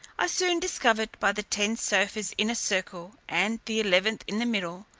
i soon discoved by the ten sofas in a circle, and the eleventh in the middle,